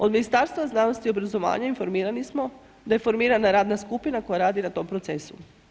Od Ministarstva znanosti i obrazovanja informirani smo da je formirana radna skupina koje radi na tom procesu.